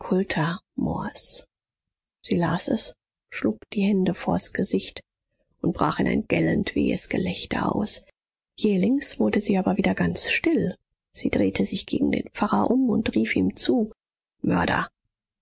sie las es schlug die hände vors gesicht und brach in ein gellend wehes gelächter aus jählings wurde sie aber wieder ganz still sie drehte sich gegen den pfarrer um und rief ihm zu mörder